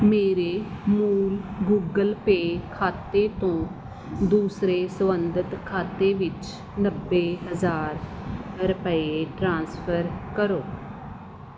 ਮੇਰੇ ਮੂਲ Google Pay ਖਾਤੇ ਤੋਂ ਦੂਸਰੇ ਸੰਬੰਧਿਤ ਖਾਤੇ ਵਿੱਚ ਨੱਬੇ ਹਜ਼ਾਰ ਰੁਪਏ ਟ੍ਰਾਂਸਫਰ ਕਰੋ